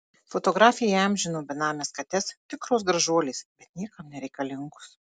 fotografė įamžino benames kates tikros gražuolės bet niekam nereikalingos